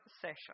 session